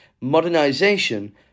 modernization